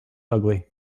ugly